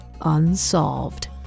unsolved